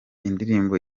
indirimbo